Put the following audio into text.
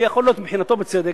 ויכול להיות שמבחינתו בצדק,